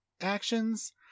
actions